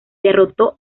derrotó